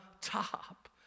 top